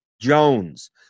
Jones